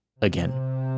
again